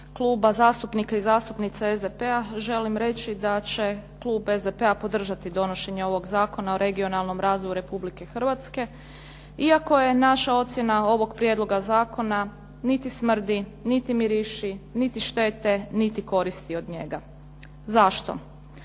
kluba zastupnika i zastupnica SDP-a želim reći da će klub SDP-a podržati donošenje ovog Zakona o regionalnom razvoju Republike Hrvatske, iako je naša ocjena ovog prijedloga zakona niti smrdi, niti miriši, niti štete, niti koristi od njega. Zašto?